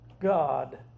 God